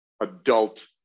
adult